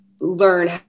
learn